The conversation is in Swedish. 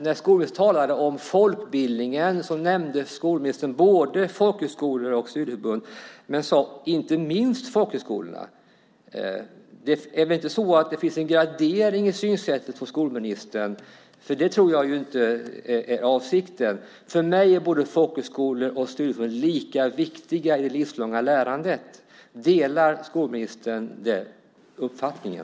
När skolministern talade om folkbildningen nämnde skolministern både folkhögskolor och studieförbund men sade "inte minst folkhögskolorna". Är det så att det finns en gradering i synsättet hos skolministern? Det tror jag inte är avsikten. För mig är både folkhögskolor och studieförbund lika viktiga i det livslånga lärandet. Delar skolministern den uppfattningen?